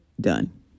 Done